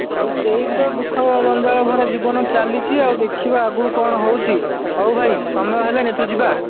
ହଉ ସେଇ ତ ଦୁଃଖ ଜଞ୍ଜାଳ ଭରା ଜୀବନ ଚାଲିଛି ଆଉ ଦେଖିବା ଆଗକୁ କ'ଣ ହେଉଛି ହଉ ଭାଇ ସମୟ ହେଲାଣି ଏଥର ଯିବା